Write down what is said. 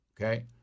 okay